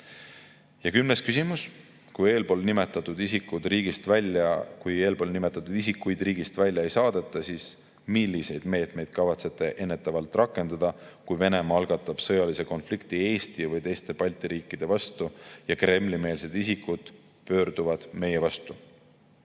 Kümnes küsimus: "Kui eelpoolnimetatud isikuid riigist välja ei saadeta, siis milliseid meetmeid kavatsete ennetavalt rakendada, kui Venemaa algatab sõjalise konflikt[i] Eesti või teiste Balti riikide vastu ja kremlimeelsed isikud pöörduvad meie vastu?"